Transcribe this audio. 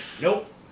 nope